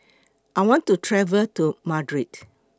I want to travel to Madrid